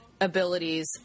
Abilities